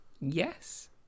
Yes